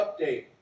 update